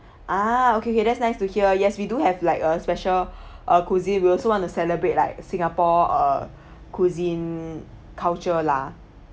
ah okay okay that's nice to hear yes we do have like a special uh cuisine we also want to celebrate like singapore uh cuisine culture lah